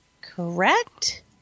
correct